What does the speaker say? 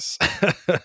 yes